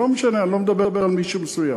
ולא משנה, אני לא מדבר על מישהו מסוים.